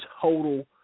total